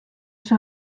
see